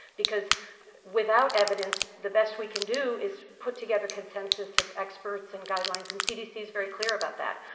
because without evidence, the best we can do is put together consensus of experts and guidelines, and cdc's very clear about that.